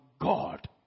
God